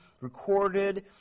recorded